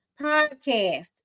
podcast